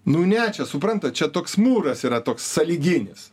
nu ne čia suprantat čia toks mūras yra toks sąlyginis